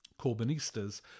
Corbynistas